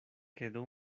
quedó